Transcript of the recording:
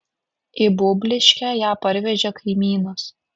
į būbliškę ją parvežė kaimynas